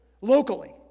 locally